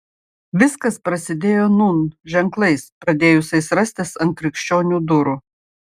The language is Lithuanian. viskas prasidėjo nūn ženklais pradėjusiais rastis ant krikščionių durų